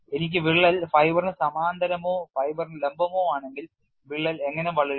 എനിക്ക് വിള്ളൽ ഫൈബറിന് സമാന്തരമോ ഫൈബറിന് ലംബമോ ആണെങ്കിൽ വിള്ളൽ എങ്ങനെ വളരും